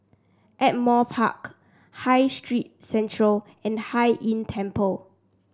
Ardmore Park High Street Centre and Hai Inn Temple